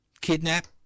kidnap